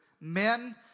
men